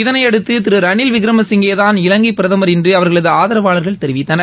இதனையடுத்து திரு ரணில் விக்ரமசிங்கே தான் இலங்கை பிரதமர் என்று அவர்களது ஆதரவாளர்கள் தெரிவித்தனர்